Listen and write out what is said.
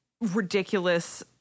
ridiculous